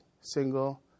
single